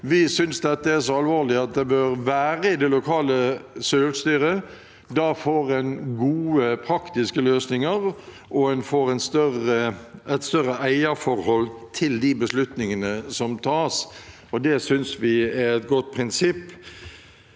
Vi synes dette er så alvorlig at det bør være i det lokale selvstyret. Da får en gode, praktiske løsninger, og en får et større eierforhold til de beslutningene som tas. Det synes vi er et godt prinsipp.